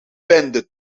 bende